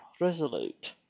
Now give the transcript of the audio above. resolute